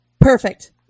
Perfect